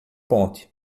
ponte